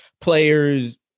players